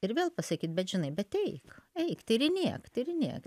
ir vėl pasakyt bet žinai bet eik eik tyrinėk tyrinėk